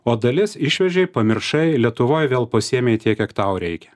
o dalis išvežei pamiršai lietuvoj vėl pasiėmei tiek kiek tau reikia